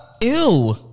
Ew